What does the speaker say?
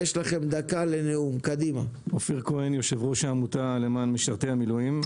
אני יו"ר העמותה למען משרתי המילואים.